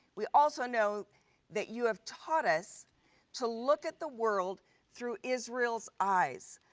we also know that you have taught us to look at the world through israel's eyes.